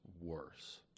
worse